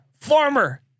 Farmer